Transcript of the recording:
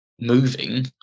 moving